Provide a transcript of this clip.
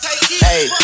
hey